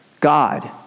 God